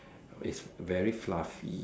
it's very fluffy